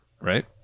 Right